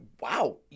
wow